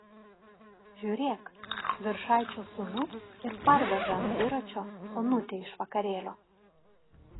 žiūrėk viršaičio sūnus ir parveža ant dviračio onutę iš vakarėlio